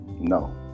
No